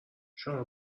شما